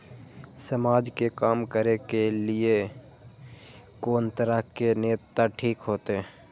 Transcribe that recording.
समाज के काम करें के ली ये कोन तरह के नेता ठीक होते?